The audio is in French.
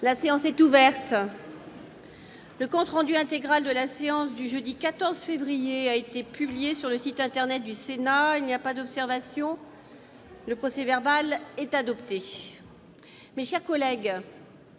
La séance est ouverte. Le compte rendu intégral de la séance du jeudi 14 février 2019 a été publié sur le site internet du Sénat. Il n'y a pas d'observation ?... Le procès-verbal est adopté. Mes chers collègues,